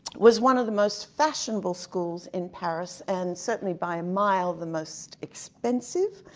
was one of the most fashionable schools in paris, and certainly by a mile the most expensive,